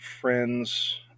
friends